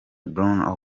bruno